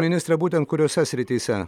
ministre būtent kuriose srityse